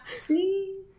See